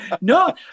no